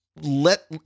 let